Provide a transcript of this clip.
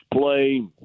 play